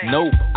Nope